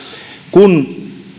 kun